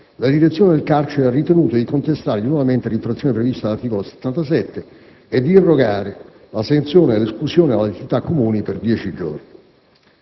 la direzione del carcere ha ritenuto di contestargli nuovamente l'infrazione prevista dall'articolo 77 e di irrogare la sanzione dell'esclusione dalle attività comuni per dieci giorni.